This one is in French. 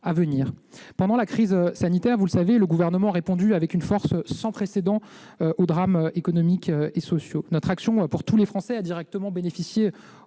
venir. Pendant la crise sanitaire, le Gouvernement a répondu, vous le savez, avec une force sans précédent aux drames économiques et sociaux. Notre action pour tous les Français a directement bénéficié aux